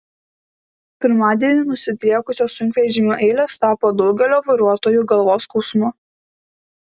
pirmadienį nusidriekusios sunkvežimių eilės tapo daugelio vairuotojų galvos skausmu